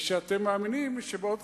לא נשנה את חוק שירות ביטחון,